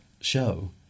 show